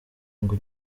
ngo